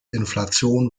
inflation